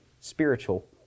spiritual